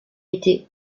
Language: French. été